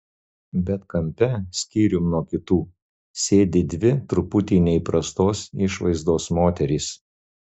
bet kampe skyrium nuo kitų sėdi dvi truputį neįprastos išvaizdos moterys